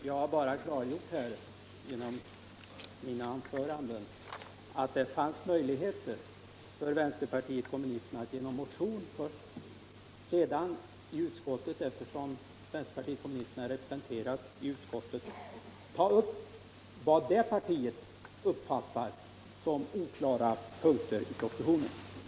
Herr talman! Jag har bara genom mina anföranden klargjort för vänsterpartiet kommunisterna att det fanns möjligheter att ta upp frågan genom motion. Eftersom vänsterpartiet kommunisterna är representerade i utskottet kan man sedan där ta upp vad partiet uppfattar som oklara punkter i propositionen.